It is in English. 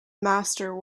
master